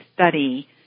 study